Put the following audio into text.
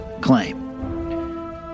claim